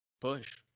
Push